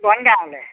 বনগাঁৱলৈ